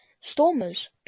Stormers